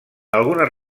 algunes